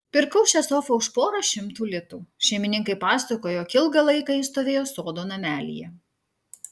pirkau šią sofą už porą šimtų litų šeimininkai pasakojo jog ilgą laiką ji stovėjo sodo namelyje